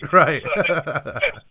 right